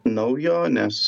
naujo nes